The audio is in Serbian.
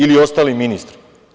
Ili ostali ministri?